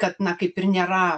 kad na kaip ir nėra